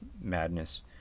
madness